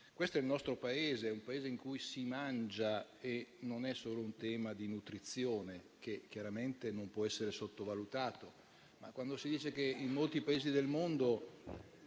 questo è il nostro Paese, un Paese in cui si mangia. In discussione non c'è solo il tema della nutrizione, che chiaramente non può essere sottovalutato, tuttavia si dice che in molti Paesi del mondo